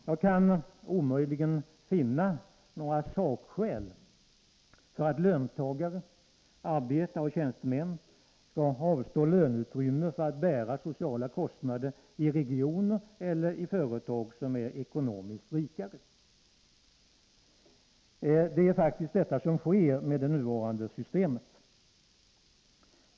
Jag kan omöjligen finna några sakskäl för att löntagare — arbetare och tjänstemän — skall avstå från löneutrymme för att bära sociala kostnader i regioner eller i företag som är rikare. Det är faktiskt detta som sker med det nuvarande systemet.